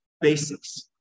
Basics